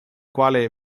quale